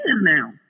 now